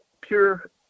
pure